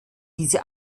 diese